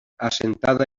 assentada